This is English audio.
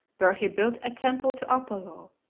where he built a temple to apollo,